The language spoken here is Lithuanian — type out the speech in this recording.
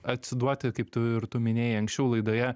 atsiduoti kaip tu ir tu minėjai anksčiau laidoje